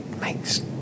makes